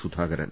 Sudhakaran